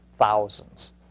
Thousands